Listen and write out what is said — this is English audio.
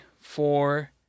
four